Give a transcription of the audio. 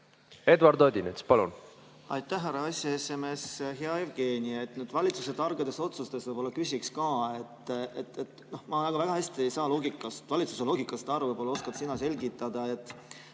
Eduard Odinets, palun!